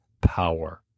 power